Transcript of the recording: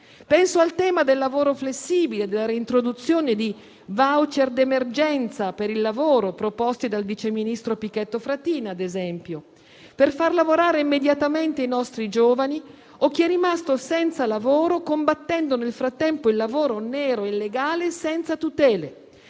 Penso al tema del lavoro flessibile, della reintroduzione di *voucher* di emergenza per il lavoro, ad esempio, proposti dal vice ministro Pichetto Fratin, per far lavorare immediatamente i nostri giovani o chi è rimasto senza lavoro, combattendo nel frattempo il lavoro nero e illegale senza tutele.